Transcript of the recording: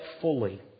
fully